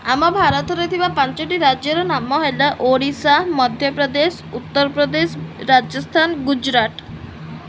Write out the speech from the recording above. ଆମ ଭାରତରେ ଥିବା ପାଞ୍ଚଟି ରାଜ୍ୟର ନାମ ହେଲା ଓଡ଼ିଶା ମଧ୍ୟପ୍ରଦେଶ ଉତ୍ତରପ୍ରଦେଶ ରାଜସ୍ଥାନ ଗୁଜୁରାଟ